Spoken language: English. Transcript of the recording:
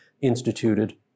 instituted